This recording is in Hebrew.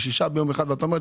ושואל,